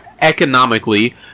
economically